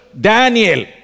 Daniel